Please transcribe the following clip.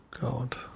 god